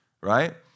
right